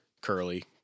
Curly